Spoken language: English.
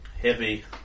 heavy